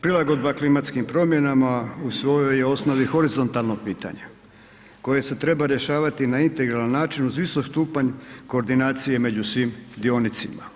Prilagodba klimatskim promjenama u svojoj je osnovi horizontalno pitanje koje se treba rješavati na integralan način uz visok stupanj koordinacije među svim dionicima.